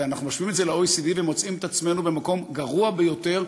אנחנו משווים את זה ל-OECD ומוצאים את עצמנו במקום גרוע יותר,